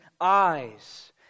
eyes